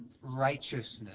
righteousness